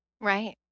Right